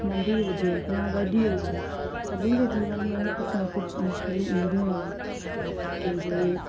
नंढी हुजे या वॾी हुजे सभिनि जे जीवन में कुझु न कुझु मुश्किलूं ईंदियूं ई आहिनि कंहिंजे